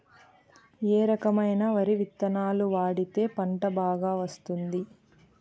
ఏ రకమైన వరి విత్తనాలు వాడితే పంట బాగా వస్తుంది?